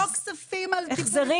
לא כספים על טיפולים,